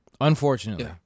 Unfortunately